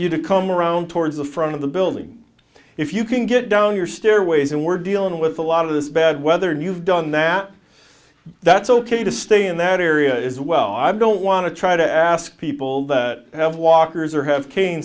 you to come around towards the front of the building if you can get down your stairways and we're dealing with a lot of this bad weather and you've done that that's ok to stay in that area is well i don't want to try to ask people that have walkers or have ca